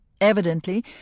Evidently